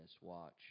watch